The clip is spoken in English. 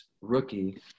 rookie